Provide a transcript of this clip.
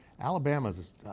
Alabama's